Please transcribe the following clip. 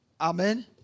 Amen